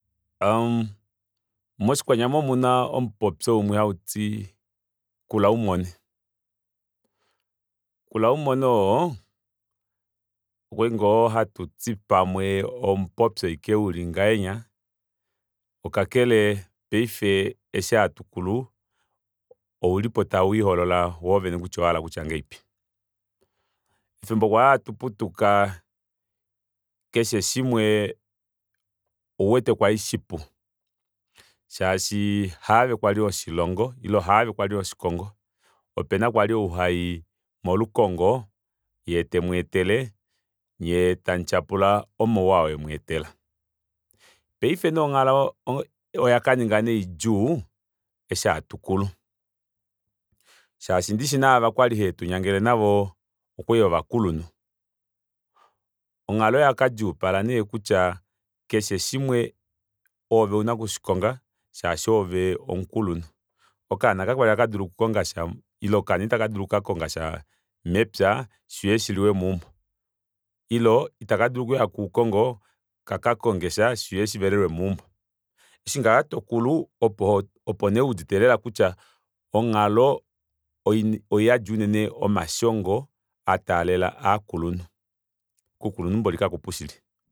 Aa moshikwanyama omuna omupopyo umwe hauti kula umone kula umone oo okwali ngoo hatuti pamwe omupopyo ashike uli ngahenya okakele paife eshi hatukulu oulipo tawiiholola woovene kutya owahala okutya ngahelipi efimbo kwali hatu putuka keshe shimwe ouwete kwali shipu shaashi haave kwali hoshilongo ile haave kwali hoshikongo opena kwali oo hayi molukongo yee temweetele nyee tamutyapula omauwa oo emweetela paife onghalo oyakaninga nee idjuu eshi hatukulu shaashi ndishi naava kwali have tunyangele navo okwali ovakulunhu onghalo oyakadjuupala nee kutya keshe shimwe oove una okushikonga shaashi oove omukulunhu okaana kakwali haka dulu okukongasha ile okaana ita kadulu okakongasha mepya shuuye shiliwe meumbo ile itaka dulu okuya koukongo ka kakongesha shuuye shivelelwe meumbo eshingaho tokulu opo opo neewudite lela kutya onghalo oiyadi unene omashongo ataalela ovakulunhu koukulunhu mboli kakupu shili